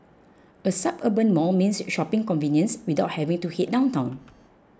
a suburban mall means shopping convenience without having to head downtown